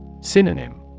Synonym